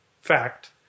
fact